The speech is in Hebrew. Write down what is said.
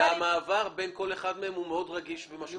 המעבר בין כל אחד מהם הוא רגיש מאוד ומשמעותי.